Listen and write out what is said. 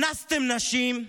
אנסתם נשים,